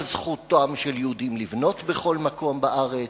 על זכותם של יהודים לבנות בכל מקום בארץ.